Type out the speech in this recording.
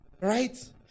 right